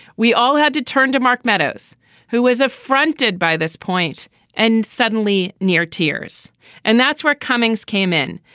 we all had to turn to mark meadows who was affronted by this point and suddenly near tears and that's where cummings came in.